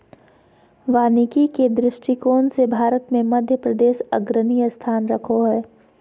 वानिकी के दृष्टिकोण से भारत मे मध्यप्रदेश अग्रणी स्थान रखो हय